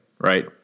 Right